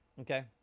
Okay